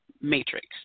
matrix